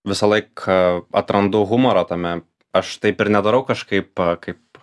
visą laik atrandu humoro tame aš taip ir nedarau kažkaip kaip